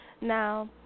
Now